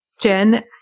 Jen